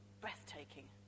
breathtaking